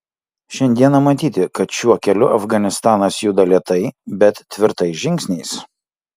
šiandieną matyti kad šiuo keliu afganistanas juda lėtai bet tvirtais žingsniais